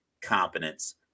competence